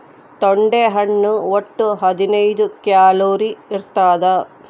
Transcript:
ತೊಂಡೆ ಹಣ್ಣು ಒಟ್ಟು ಹದಿನೈದು ಕ್ಯಾಲೋರಿ ಇರ್ತಾದ